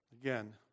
Again